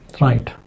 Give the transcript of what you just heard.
Right